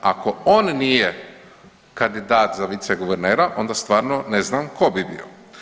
Ako on nije kandidat za viceguvernera onda stvarno ne znam tko bi bio.